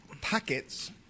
packets